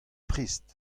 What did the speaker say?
prest